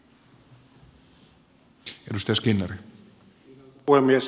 arvoisa puhemies